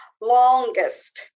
longest